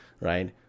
right